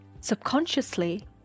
subconsciously